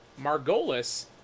Margolis